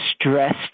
stressed